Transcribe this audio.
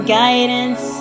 guidance